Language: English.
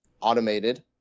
automated